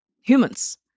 humans